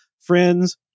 friends